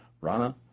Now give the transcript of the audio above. Rana